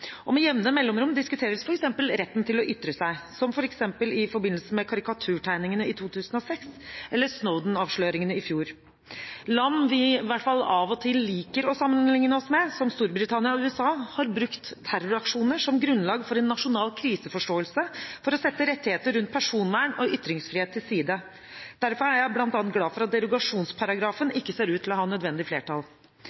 endring. Med jevne mellomrom diskuteres f.eks. retten til å ytre seg, som f.eks. i forbindelse med karikaturtegningene i 2006 eller Snowden-avsløringene i fjor. Land vi i hvert fall av og til liker å sammenligne oss med, som Storbritannia og USA, har brukt terroraksjoner som grunnlag for en nasjonal kriseforståelse for å sette rettigheter rundt personvern og ytringsfrihet til side. Derfor er jeg bl.a. glad for at derogasjonsparagrafen